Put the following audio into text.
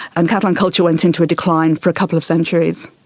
and catalan culture went into a decline for a couple of centuries.